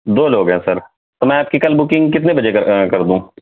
دو لوگ ہیں سر تو میں آپ کی کل بکنگ کتنے بجے کر کر دوں